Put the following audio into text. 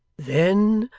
then,